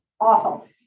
awful